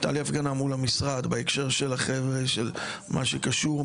הייתה לי הפגנה מול המשרד בהקשר של החבר'ה של מה שקשור,